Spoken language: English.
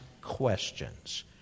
questions